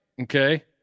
okay